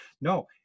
No